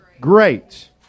Great